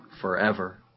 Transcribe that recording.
forever